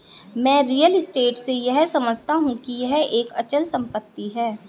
मैं real estate से यह समझता हूं कि यह एक अचल संपत्ति है